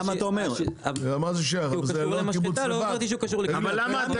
רוב מה שאתה אומר לא נכון, אבל זה לא